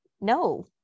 no